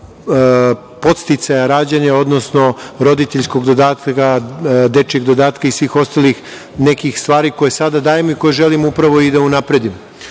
podsticaja rađanja, odnosno roditeljskog dodatka, dečijeg dodatka i svih ostalih nekih stvari koje sada dajemo i koje želimo upravo da unapredimo.U